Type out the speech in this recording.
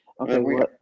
Okay